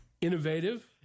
Innovative